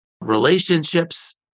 relationships